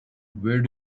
where